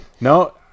no